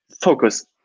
focus